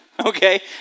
Okay